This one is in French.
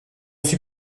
suis